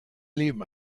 leben